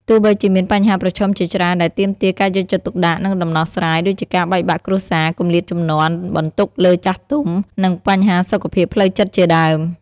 ទោះបីជាមានបញ្ហាប្រឈមជាច្រើនដែលទាមទារការយកចិត្តទុកដាក់ និងដំណោះស្រាយ ដូចជាការបែកបាក់គ្រួសារ គម្លាតជំនាន់ បន្ទុកលើចាស់ទុំ និងបញ្ហាសុខភាពផ្លូវចិត្តជាដើម។